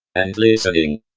and listening!